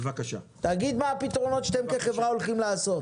תגיד מה הפתרונות שאתם כחברה הולכים לעשות.